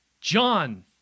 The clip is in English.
John